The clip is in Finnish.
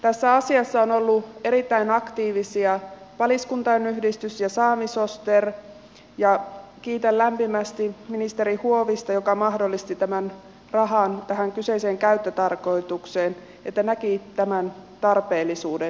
tässä asiassa ovat olleet erittäin aktiivisia paliskuntain yhdistys ja samisoster ja kiitän lämpimästi ministeri huovista joka mahdollisti tämän rahan tähän kyseiseen käyttötarkoitukseen ja näki tämän tarpeellisuuden